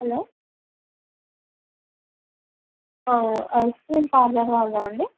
hello ice cream parlour వాళ్ళా అండి